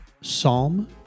Psalm